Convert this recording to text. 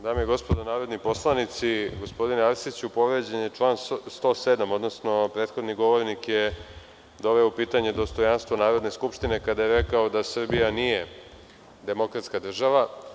Dame i gospodo narodni poslanici, gospodine Arsiću, povređen je član 107, odnosno prethodni govornik je doveo u pitanje dostojanstvo Narodne skupštine kada je rekao da Srbija nije demokratska država.